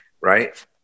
right